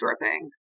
dripping